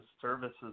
services